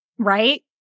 right